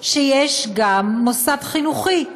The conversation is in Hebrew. שיש גם מוסד חינוכי.